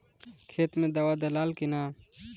खेत मे दावा दालाल कि न?